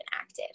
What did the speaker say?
active